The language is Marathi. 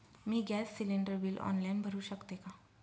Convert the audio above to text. मी गॅस सिलिंडर बिल ऑनलाईन भरु शकते का?